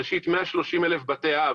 ראשית, 130,000 בתי אב